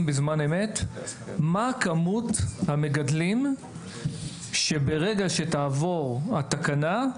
בזמן אמת האומרים מה מספר המגדלים שברגע שתעבור התקנה,